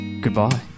Goodbye